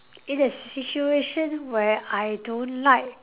in a situation where I don't like